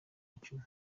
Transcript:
mukino